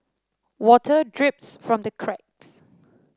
water drips from the cracks